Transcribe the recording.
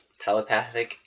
telepathic